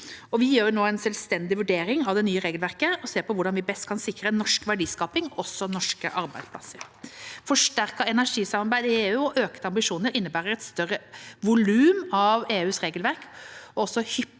vi gjør nå en selvstendig vurdering av det nye regelverket og ser på hvordan vi best kan sikre norsk verdiskaping og arbeidsplasser. Forsterket energisamarbeid i EU og økte ambisjoner innebærer et større volum av EU-regelverk